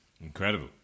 Incredible